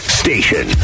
station